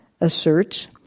asserts